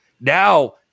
now